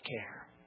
care